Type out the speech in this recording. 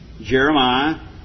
Jeremiah